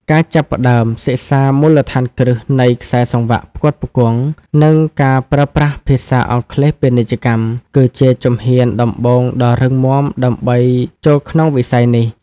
ការចាប់ផ្តើមសិក្សាមូលដ្ឋានគ្រឹះនៃខ្សែសង្វាក់ផ្គត់ផ្គង់ និងការប្រើប្រាស់ភាសាអង់គ្លេសពាណិជ្ជកម្ម គឺជាជំហានដំបូងដ៏រឹងមាំដើម្បីចូលក្នុងវិស័យនេះ។